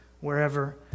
wherever